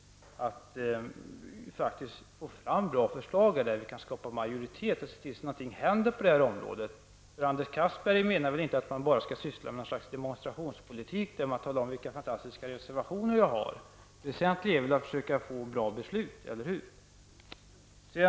På så sätt skulle vi faktiskt kunna få fram bra förslag som kan stödjas av en majoritet så att vi kan se att till någonting händer på det här området. Anders Castberger menar väl inte att man bara skall syssla med något slags demonstrationspolitik, där man talar om vilka fantastiska reservationer man har? Det väsentliga är väl att försöka nå bra beslut, eller hur?